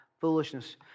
foolishness